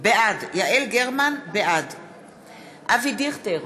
בעד אבי דיכטר,